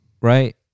right